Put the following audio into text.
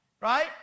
right